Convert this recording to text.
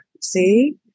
See